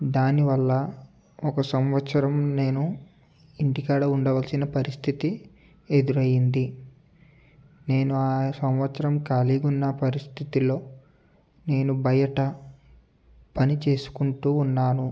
దాని వల్ల ఒక సంవత్సరం నేను ఇంటి కాడా ఉండవలిసిన పరిస్థితి ఎదురయ్యింది నేను ఆ సంవత్సరం ఖాళీగా ఉన్న పరిస్థితిలో నేను బయట పని చేసుకుంటూ ఉన్నాను